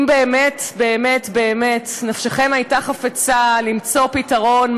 אם באמת באמת באמת נפשכם הייתה חפצה למצוא פתרון,